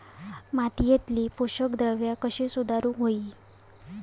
मातीयेतली पोषकद्रव्या कशी सुधारुक होई?